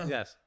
Yes